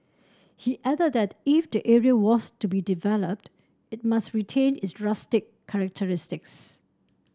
he added that if the area was to be developed it must retain its rustic characteristics